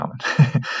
common